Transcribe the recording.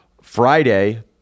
Friday